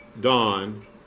Dawn